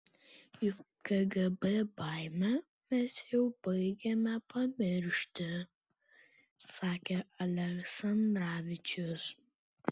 juk kgb baimę mes jau baigiame pamiršti sakė aleksandravičius